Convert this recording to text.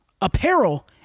apparel